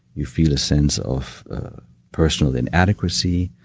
you feel a sense of personal inadequacy.